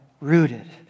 rooted